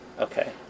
Okay